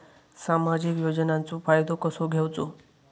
सामाजिक योजनांचो फायदो कसो घेवचो?